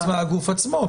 חוץ מהגוף עצמו.